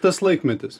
tas laikmetis